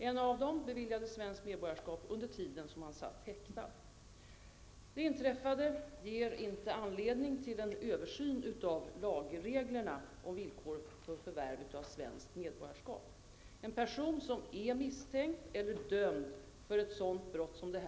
En av dem fick sitt svenska medborgarskap medan han satt i häkte. Ingen dömdes till utvisning trots det ytterst grova brottet!